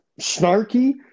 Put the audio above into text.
snarky